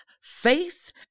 faith